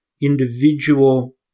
individual